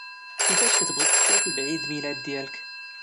كيفاش كتبغي تحتفل بعيد الميلاد ديالك؟